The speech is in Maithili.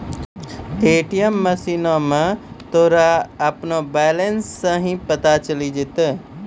ए.टी.एम मशीनो मे तोरा अपनो बैलेंस सेहो पता चलि जैतै